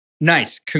Nice